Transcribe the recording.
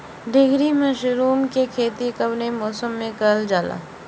ढीघरी मशरूम के खेती कवने मौसम में करल जा?